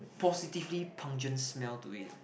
positively pungent smell to it